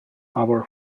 our